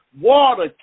water